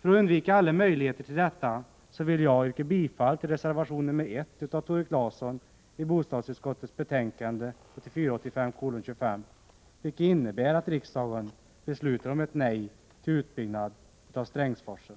För undvikande av alla möjligheter till detta vill jag yrka bifall till reservation 1 av Tore Claeson i bostadsutskottets betänkande 1984/85:25, vilket innebär att riksdagen beslutar om ett nej till utbyggnad av Strängsforsen.